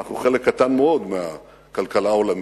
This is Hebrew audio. אנחנו חלק קטן מאוד מהכלכלה העולמית,